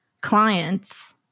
clients